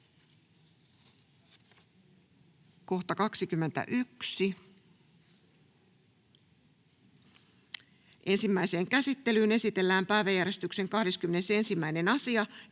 Content: Toiseen käsittelyyn esitellään päiväjärjestyksen 11. asia.